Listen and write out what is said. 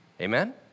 Amen